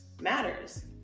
matters